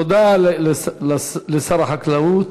תודה לשר החקלאות.